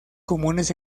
comunes